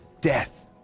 death